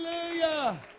Hallelujah